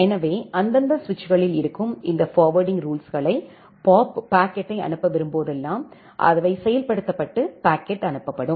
எனவே அந்தந்த சுவிட்சுகளில் இருக்கும் இந்தஃபார்வேர்ட்டிங் ரூல்ஸுகளை பாப் பாக்கெட்டை அனுப்ப விரும்பும் போதெல்லாம் அவை செயல்படுத்தப்பட்டு பாக்கெட் அனுப்பப்படும்